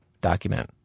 document